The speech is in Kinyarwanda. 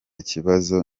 kibazo